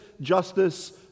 justice